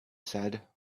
said